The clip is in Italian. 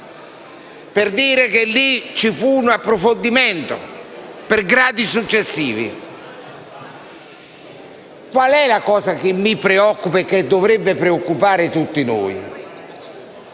il quale ci fu un approfondimento per gradi successivi. Qual è la cosa che mi preoccupa e dovrebbe preoccupare tutti noi?